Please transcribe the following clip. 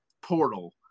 portal